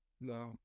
No